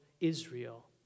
Israel